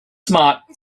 smart